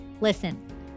Listen